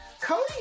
Cody